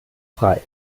frei